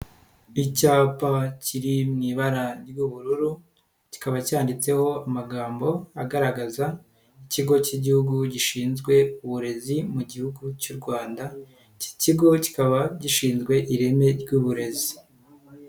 Icyapa kiri mu ibara ry'ubururu, kikaba cyanditseho amagambo agaragaza ikigo cy'igihugu gishinzwe uburezi mu gihugu cy'u Rwanda, iki kigo kikaba gishinzwe ireme ry'uburezi.